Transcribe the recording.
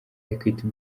equity